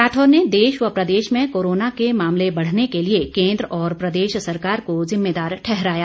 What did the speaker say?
राठौर ने देश व प्रदेश में कोरोना के मामले बढ़ने के लिए केन्द्र और प्रदेश सरकार को ज़िम्मेदार ठहराया